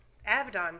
Abaddon